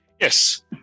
Yes